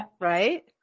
Right